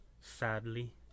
Sadly